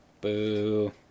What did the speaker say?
Boo